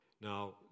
Now